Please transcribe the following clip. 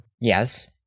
Yes